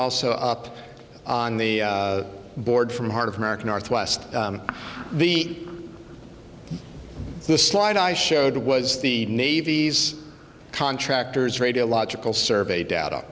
also up on the board from the heart of america northwest the the slide i showed was the navy's contractors radiological survey data